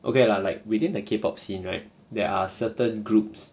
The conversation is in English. okay lah like within the K pop scene right there are certain groups